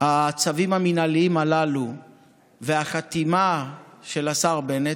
הצווים המינהליים הללו והחתימה של השר בנט,